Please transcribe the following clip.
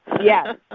Yes